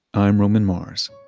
i'm roman mars